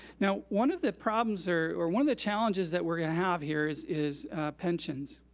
now one of the problems or or one of the challenges that we're gonna have here is is pensions.